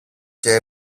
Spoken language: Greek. και